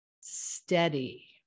Steady